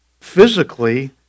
physically